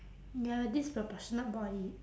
your disproportionate body